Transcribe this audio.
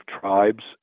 tribes